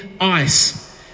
ice